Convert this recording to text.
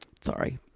Sorry